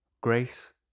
grace